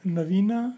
Navina